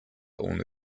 only